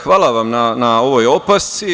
Hvala vam na ovoj opasci.